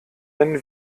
wenn